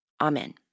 Amen